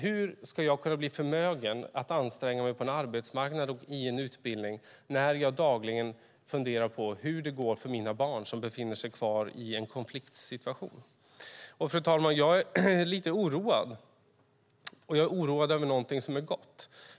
Hur ska man kunna bli förmögen att anstränga sig på en arbetsmarknad och i en utbildning när man dagligen funderar på hur det går för ens barn som befinner sig kvar i en konfliktsituation? Fru talman! Jag är lite oroad. Jag är oroad över någonting som är gott.